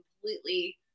completely